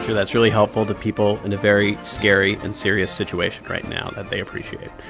that's really helpful to people in a very scary and serious situation right now that they appreciate.